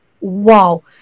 wow